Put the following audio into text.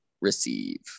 receive